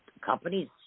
companies